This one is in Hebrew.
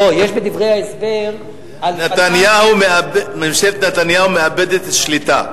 לא, יש בדברי ההסבר, ממשלת נתניהו מאבדת שליטה.